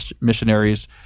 missionaries